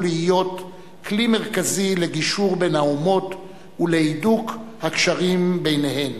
להיות כלי מרכזי לגישור בין האומות ולהידוק הקשרים ביניהן.